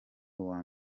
uwa